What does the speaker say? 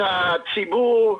בריאות הציבור,